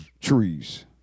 trees